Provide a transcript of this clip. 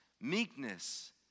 meekness